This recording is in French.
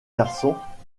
garçons